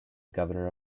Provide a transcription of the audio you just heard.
governor